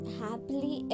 happily